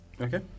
okay